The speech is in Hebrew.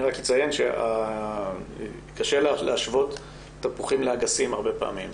אני רק אציין שקשה לך להשוות תפוחים לאגסים הרבה פעמים,